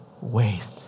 waste